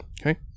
Okay